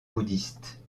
bouddhiste